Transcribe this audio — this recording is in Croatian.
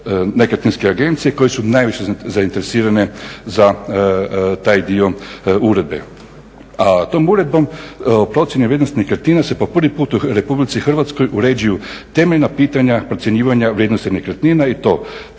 nekretninske agencije koje su najviše zainteresirane za taj dio uredbe. A tom uredbom o procjeni vrijednosti nekretnina se po prvi put u RH uređuju temeljna pitanja procjenjivanja vrijednosti nekretnina i to tko